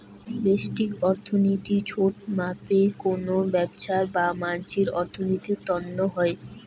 ব্যষ্টিক অর্থনীতি ছোট মাপে কোনো ব্যবছার বা মানসির অর্থনীতির তন্ন হউ